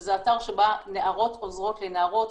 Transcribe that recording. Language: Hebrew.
שזה אתר שבו נערות עוזרות לנערות,